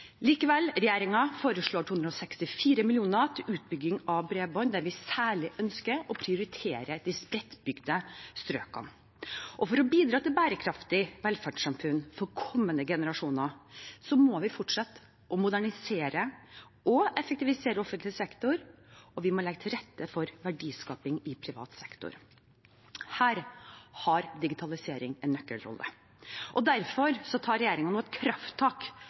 Likevel foreslår regjeringen 264 mill. kr til utbygging av bredbånd, der vi særlig ønsker å prioritere de spredtbygde strøkene. For å bidra til bærekraftige velferdssamfunn for kommende generasjoner må vi fortsette med å modernisere og effektivisere offentlig sektor, og vi må legge til rette for verdiskaping i privat sektor. Her har digitalisering en nøkkelrolle. Derfor tar regjeringen nå et